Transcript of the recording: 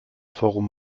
forum